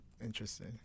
interesting